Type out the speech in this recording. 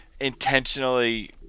intentionally